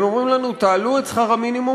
הם אומרים לנו: תעלו את שכר המינימום,